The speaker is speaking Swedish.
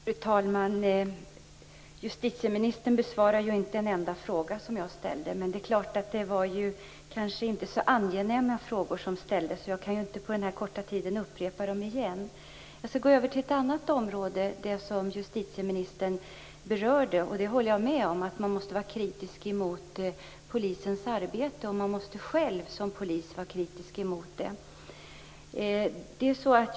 Fru talman! Justitieministern besvarade ju inte en enda fråga som jag ställde, men det är klart att det var ju kanske inte så angenäma frågor. På den här korta tiden kan jag inte upprepa dem igen. Jag skall gå över till ett annat område som också justitieministern berörde. Jag håller med om att man skall vara kritisk mot Polisens arbete och att man själv som polis måste vara det.